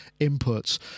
inputs